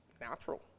natural